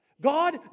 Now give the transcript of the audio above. God